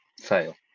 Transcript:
fail